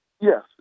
Yes